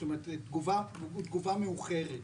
זאת אומרת תגובה מאוחרת,